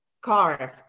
carve